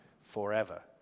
forever